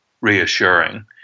reassuring